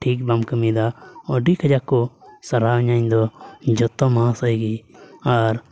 ᱴᱷᱤᱠ ᱵᱟᱢ ᱠᱟᱹᱢᱤᱭᱮᱫᱟ ᱟᱹᱰᱤ ᱠᱟᱡᱟᱠ ᱠᱚ ᱥᱟᱨᱦᱟᱣ ᱤᱧᱟᱹ ᱤᱧ ᱫᱚ ᱡᱚᱛᱚ ᱢᱟᱦᱟᱥᱚᱭ ᱜᱮ ᱟᱨ